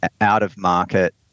out-of-market